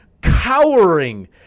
cowering